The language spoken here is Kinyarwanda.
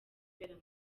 kubera